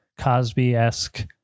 Cosby-esque